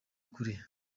kure